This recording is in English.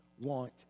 want